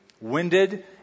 winded